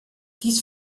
dies